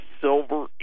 Silver